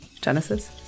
Genesis